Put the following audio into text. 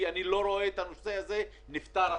כי אני לא רואה את הנושא הזה נפתר עכשיו.